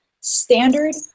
standard